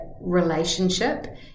relationship